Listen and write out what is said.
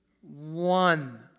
one